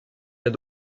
aide